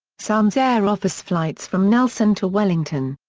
sounds air offers flights from nelson to wellington.